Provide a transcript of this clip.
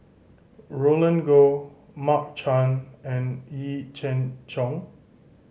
Roland Goh Mark Chan and Yee Jenn Jong